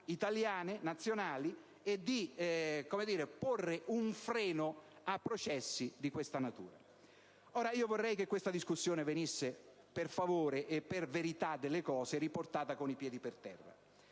italiane nazionali e di porre un freno a processi di questa natura. Ora, vorrei che questa discussione venisse, per favore e per verità delle cose, riportata con i piedi per terra.